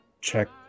check